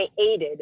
aided